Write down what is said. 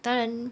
当然